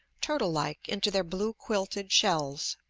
turtle-like, into their blue-quilted shells.